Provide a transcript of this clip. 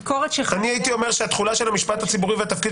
אני הייתי אומר שהתחולה של המשפט הציבורי והתפקיד